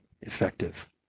effective